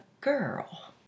girl